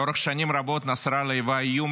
לאורך שנים רבות נסראללה היווה איום